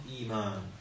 Iman